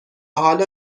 حالا